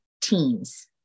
teens